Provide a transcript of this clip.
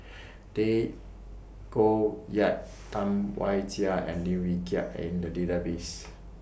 Tay Koh Yat Tam Wai Jia and Lim Wee Kiak Are in The Database